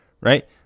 right